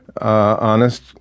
honest